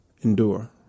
endure